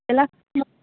எல்லாம்